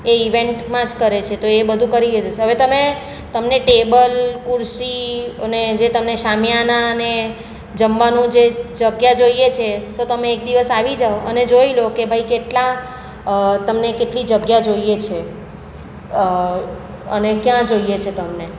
એ ઈવેન્ટમાં જ કરે છે તો એ બધું કરીએ દેશે હવે તમે તમને ટેબલ ખુરશી અને જે તમને શામિયાણા અને જમવાનું જે જગ્યા જોઈએ છે તો તમે એક દિવસ આવી જાઓ અને જોઈ લો કે ભાઈ કેટલા તમને કેટલી જગ્યા જોઈએ છે અને ક્યાં જોઈએ છે તમને